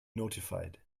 notified